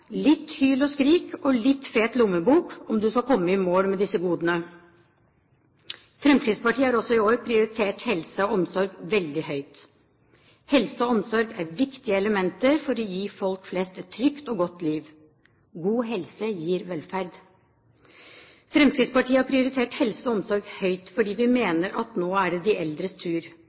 litt hyl og skrik og litt fet lommebok om du skal komme i mål med disse godene. Fremskrittspartiet har også i år prioritert helse og omsorg veldig høyt. Helse og omsorg er viktige elementer for å gi folk flest et trygt og godt liv. God helse gir velferd. Fremskrittspartiet har prioritert helse og omsorg høyt fordi vi mener at nå er det de eldres tur.